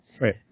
Right